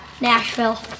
Nashville